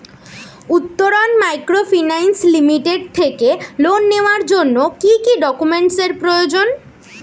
Uttaran microfinance limited থেকে loan নেওয়ার জন্য কি কি ডকুমেন্টস এর প্রয়োজন?